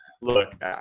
Look